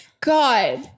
God